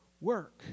work